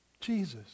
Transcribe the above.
Jesus